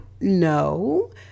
no